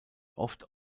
oft